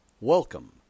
Welcome